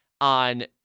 on